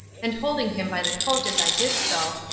and holding him by the coat as i did so,